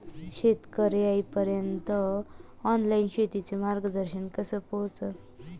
शेतकर्याइपर्यंत ऑनलाईन शेतीचं मार्गदर्शन कस पोहोचन?